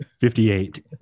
58